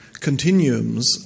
continuums